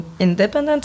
independent